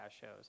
shows